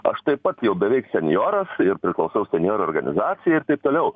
aš taip pat jau beveik senjoras ir priklausau senjorų organizacijai ir taip toliau